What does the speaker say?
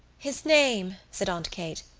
his name, said aunt kate,